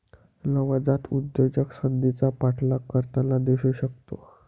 नवजात उद्योजक संधीचा पाठलाग करताना दिसू शकतो